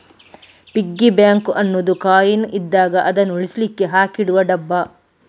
piggy bank ಅನ್ನುದು coin ಇದ್ದಾಗ ಅದನ್ನು ಉಳಿಸ್ಲಿಕ್ಕೆ ಹಾಕಿಡುವ ಡಬ್ಬ